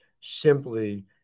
simply